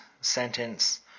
sentence